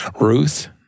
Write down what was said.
Ruth